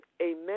Amen